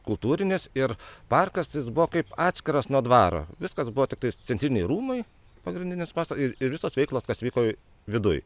kultūrinės ir parkas jis buvo kaip atskiras nuo dvaro viskas buvo tiktais centriniai rūmai pagrindinis ir ir visos veiklos kas vyko viduj